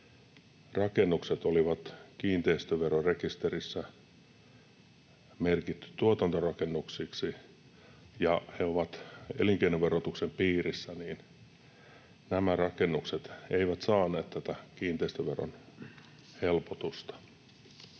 rakennukset oli kiinteistöverorekisterissä merkitty tuotantorakennuksiksi, jotka ovat elinkeinoverotuksen piirissä. Nämä rakennukset eivät saaneet tätä kiinteistöveron helpotusta.